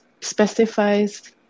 specifies